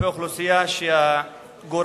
כלפי אוכלוסייה שהגורל